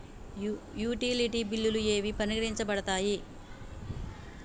Utility బిల్లులు ఏవి పరిగణించబడతాయి?